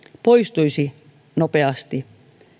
poistuisi nopeasti